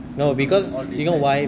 to do all these test